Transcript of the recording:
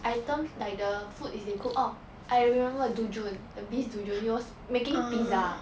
items like the food is they cook orh I remember doo joon the beast doo joon he was making pizza